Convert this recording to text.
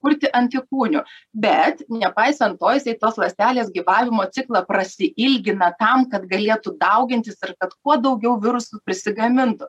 kurti antikūnų bet nepaisant to jisai tos ląstelės gyvavimo ciklą prasiilgina tam kad galėtų daugintis ir kad kuo daugiau virusų prisigamintų